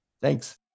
Thanks